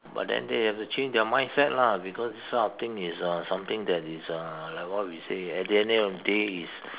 but then they have to change their mindset lah because this type of things is uh something that is uh like what we say at the end of the day is